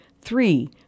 Three